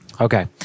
Okay